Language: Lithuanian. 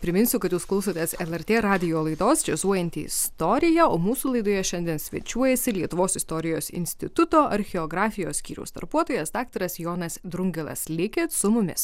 priminsiu kad jūs klausotės lrt radijo laidos džiazuojanti istorija o mūsų laidoje šiandien svečiuojasi lietuvos istorijos instituto archeografijos skyriaus darbuotojas daktaras jonas drungilas likit su mumis